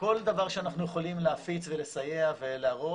כל דבר שאנחנו יכולים להפיץ ולסייע ולהראות,